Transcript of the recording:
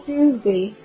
Tuesday